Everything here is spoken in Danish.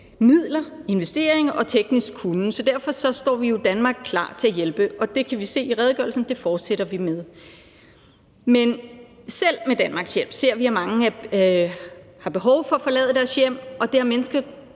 midler, investeringer og teknisk kunnen. Så derfor står vi jo i Danmark klar til at hjælpe, og det kan vi se i redegørelsen at vi fortsætter med. Men selv med Danmarks hjælp ser vi, at mange har behov for at forlade deres hjem, og det har mennesker